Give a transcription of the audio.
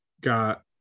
got